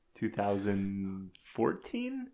2014